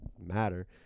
matter